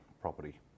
property